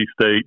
State